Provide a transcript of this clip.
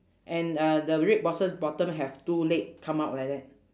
and uh the red boxes bottom have two leg come out like that